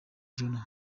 joannah